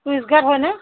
টুইছ guide হয় নে